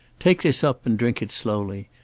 take this up and drink it slowly.